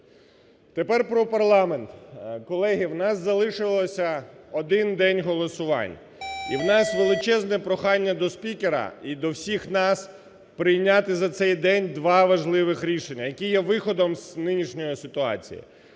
Тепер про парламент. Колеги, в нас залишилося один день голосувань, і в нас величезне прохання до спікера і до всіх нас прийняти за цей день два важливих рішення, які є виходом з нинішньої ситуації.